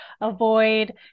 avoid